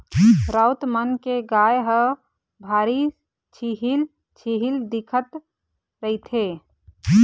राउत मन के गाय ह भारी छिहिल छिहिल दिखत रहिथे